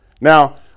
Now